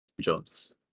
Jones